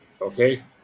Okay